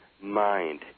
mind